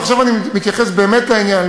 ועכשיו אני מתייחס באמת לעניין,